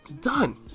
Done